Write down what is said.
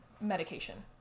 medication